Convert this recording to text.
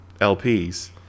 lps